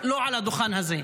לא על הדוכן הזה,